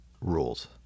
rules